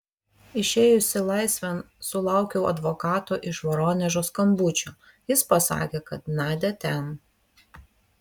išėjusi laisvėn sulaukiau advokato iš voronežo skambučio jis pasakė kad nadia ten